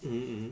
mm mm